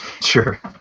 Sure